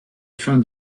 fin